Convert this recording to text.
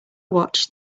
watched